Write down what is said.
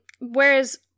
Whereas